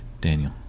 Daniel